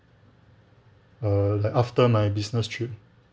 err like after my business trip